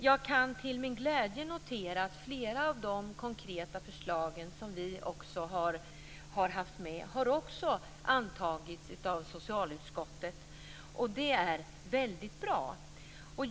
Jag kan till min glädje notera att flera av våra konkreta förslag också har antagits av socialutskottet. Det är bra.